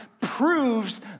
proves